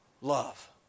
love